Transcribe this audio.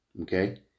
Okay